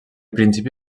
principi